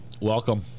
Welcome